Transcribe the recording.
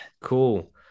cool